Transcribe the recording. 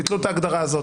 ביטלו את ההגדרה הזאת.